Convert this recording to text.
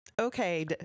Okay